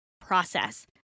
process